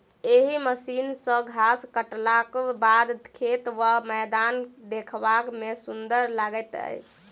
एहि मशीन सॅ घास काटलाक बाद खेत वा मैदान देखबा मे सुंदर लागैत छै